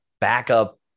backup